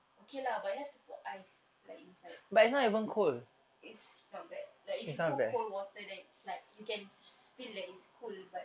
okay lah but you have to put ice like inside it's not bad like if you put cold water then it's like you can feel that is cool but